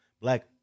black